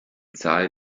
zahl